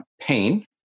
pain